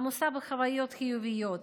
עמוסה בחוויות חיוביות,